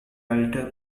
alter